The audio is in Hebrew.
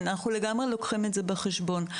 אנחנו לגמרי לוקחים את זה בחשבון.